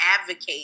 advocate